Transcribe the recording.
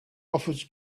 offers